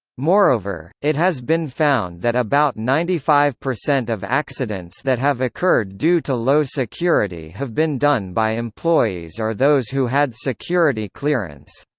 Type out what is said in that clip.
moreover, it has been found that about ninety five percent of accidents that have occurred due to low security have been done by employees or those who had security clearance.